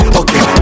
okay